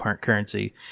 currency